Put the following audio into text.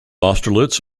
austerlitz